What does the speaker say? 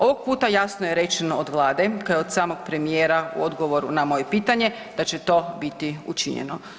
Ovog puta jasno je rečeno od Vlade koja je od samog premijera u odgovoru na moje pitanje da će to biti učinjeno.